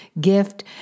gift